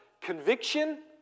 Conviction